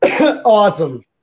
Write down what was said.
Awesome